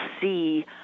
see